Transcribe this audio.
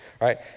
right